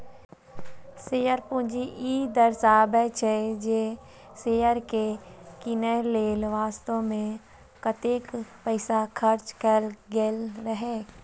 share पूंजी ई दर्शाबै छै, जे शेयर कें कीनय लेल वास्तव मे कतेक पैसा खर्च कैल गेल रहै